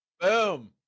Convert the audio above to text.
Boom